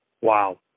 Wow